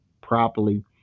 properly